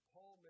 Paul